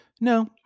no